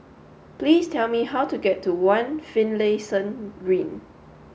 please tell me how to get to one Finlayson Ring